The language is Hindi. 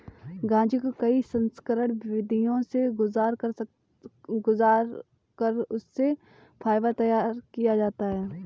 गांजे को कई संस्करण विधियों से गुजार कर उससे फाइबर तैयार किया जाता है